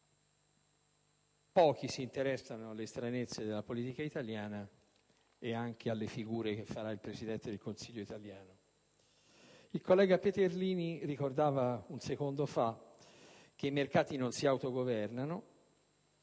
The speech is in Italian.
Pochi si interessano alle stranezze della politica italiana e anche alle figure che farà il Presidente del Consiglio italiano. Il collega Peterlini ricordava un secondo fa che i mercati non si autogovernano,